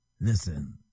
Listen